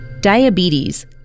Diabetes